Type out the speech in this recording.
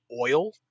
oil